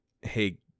hey